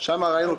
שם ראינו,